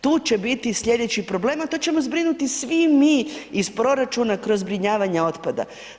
Tu će biti sljedeći problem, a to ćemo zbrinuti svi mi iz proračuna kroz zbrinjavanje otpada.